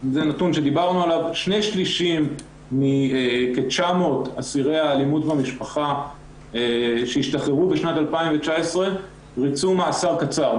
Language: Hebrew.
2/3 מכ-900 אסירי אלימות במשפחה שהשתחררו בשנת 2019 ריצו מאסר קצר,